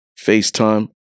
FaceTime